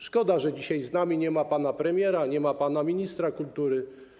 Szkoda, że dzisiaj z nami nie ma pana premiera, nie ma pana ministra kultury.